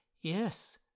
Yes